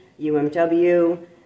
UMW